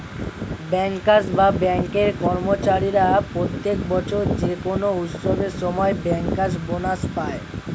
bankers বা ব্যাঙ্কের কর্মচারীরা প্রত্যেক বছর যে কোনো উৎসবের সময় ব্যাংকার্স বোনাস পায়